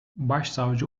başsavcı